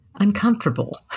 uncomfortable